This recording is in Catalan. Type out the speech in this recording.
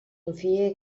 confie